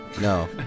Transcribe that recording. No